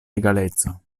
egaleco